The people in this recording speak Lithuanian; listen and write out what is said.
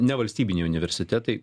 nevalstybiniai universitetai